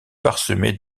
parsemée